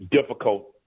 difficult